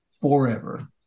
forever